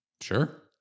Sure